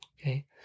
okay